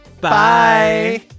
Bye